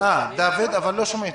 התוצאה המידית שאנחנו קיבלנו